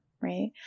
right